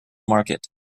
market